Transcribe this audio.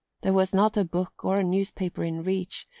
there was not a book or a newspaper in reach,